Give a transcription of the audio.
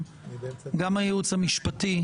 כי אחרת אתה פוגע בזכות ההשתתפות שלי,